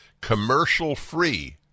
commercial-free